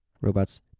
Robots